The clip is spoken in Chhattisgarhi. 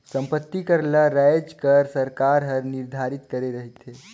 संपत्ति कर ल राएज कर सरकार हर निरधारित करे रहथे